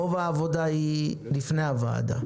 רוב העבודה היא לפני הוועדה.